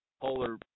polar